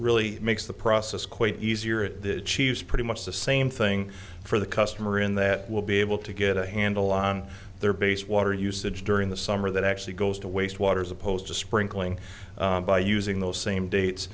really makes the process quite easier at the chiefs pretty much the same thing for the customer in that will be able to get a handle on their base water usage during the summer that actually goes to waste water as opposed to sprinkling by using those same dates